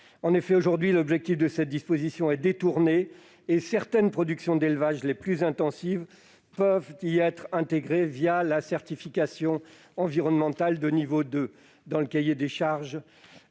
collective. Aujourd'hui, l'objectif de cette disposition est détourné, et certaines productions d'élevage les plus intensives peuvent y être intégrées la certification environnementale de niveau 2, dont le cahier des charges